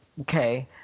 Okay